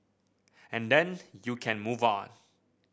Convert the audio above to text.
and then you can move on